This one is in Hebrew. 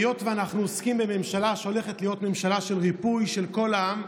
היות שאנחנו עוסקים בממשלה שהולכת להיות ממשלה של ריפוי של כל העם,